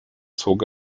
zog